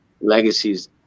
legacies